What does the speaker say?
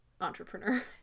entrepreneur